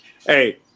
Hey